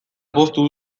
poztu